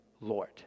Lord